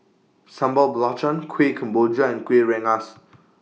Sambal Belacan Kueh Kemboja and Kuih Rengas